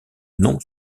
non